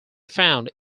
found